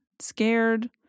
scared